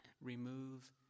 Remove